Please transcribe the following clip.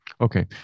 Okay